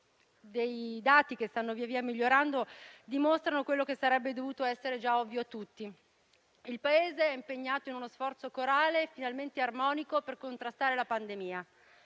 dei dati che stanno via via migliorando, dimostra quello che sarebbe dovuto essere già ovvio a tutti: il Paese è impegnato in uno sforzo corale, finalmente armonico, per contrastare la pandemia.